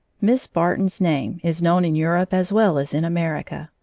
miss barton's name is known in europe as well as in america.